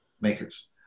makers